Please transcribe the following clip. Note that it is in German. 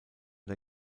der